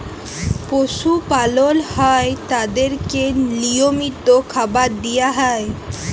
পশু পালল হ্যয় তাদেরকে লিয়মিত খাবার দিয়া হ্যয়